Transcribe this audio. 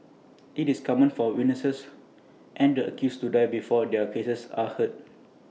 IT is common for witnesses and the accused to die before their cases are heard